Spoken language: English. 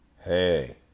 Hey